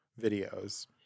videos